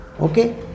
Okay